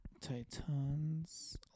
Titans